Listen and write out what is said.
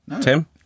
Tim